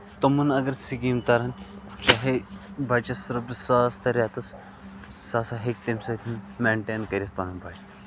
تِمَن اَگر سِکیٖم تَرن چاہے بَچَس رۄپییہِ ساس تَرِ رٮ۪تَس سُہ ہسا ہیٚکہِ تَمہِ سۭتۍ مینٹین کٔرِتھ پَنُن بَچہٕ